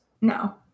No